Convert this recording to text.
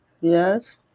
Yes